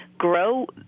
grow